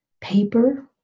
paper